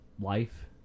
life